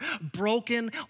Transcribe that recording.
broken